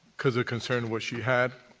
because it concerned what she had.